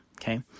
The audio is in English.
Okay